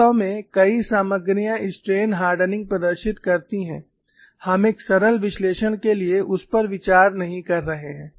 वास्तव में कई सामग्रियां स्ट्रेन हार्डनिंग प्रदर्शित करती हैं हम एक सरल विश्लेषण के लिए उसपर विचार नहीं कर रहे हैं